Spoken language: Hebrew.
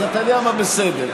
אז אתה יודע מה, בסדר.